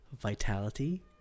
vitality